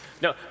No